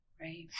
right